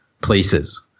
places